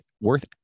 worth